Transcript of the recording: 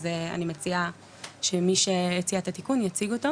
אז אני מציעה שמי שהציע את התיקון יציג אותו.